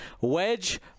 Wedge